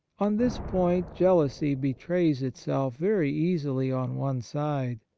on this point jealousy betrays itself very easily on one side,